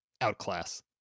outclass